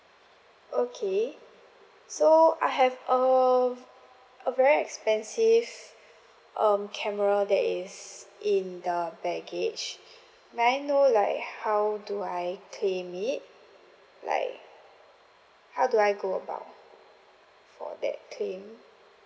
okay so I have uh a very expensive um camera that is in the baggage may I know like how do I claim it like how do I go about for that claim